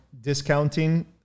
discounting